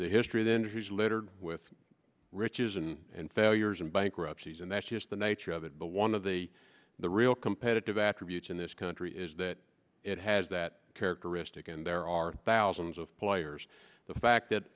it's history then who's littered with riches and failures and bankruptcies and that's just the nature of it but one of the the real competitive after abuse in this country is that it has that characteristic and there are thousands of players the fact that